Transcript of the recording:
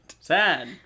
Sad